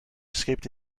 escaped